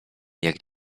jak